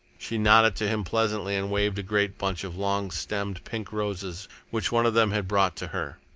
she nodded to him pleasantly and waved a great bunch of long-stemmed pink roses which one of them had brought to her.